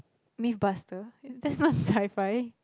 myth buster that's not sci fi